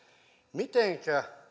mitenkä